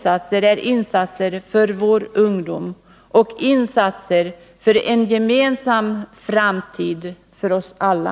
Det är insatser för vår ungdom och insatser för en gemensam framtid för oss alla.